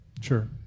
Sure